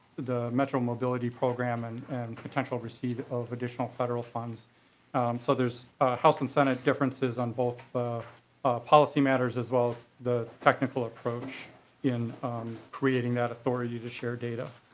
the metro mobility program and potential receipt of additional federal funds so there's house and senate differences on both policy matters as well as technical approach in creating that authority to share data.